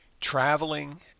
traveling